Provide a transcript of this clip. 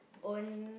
own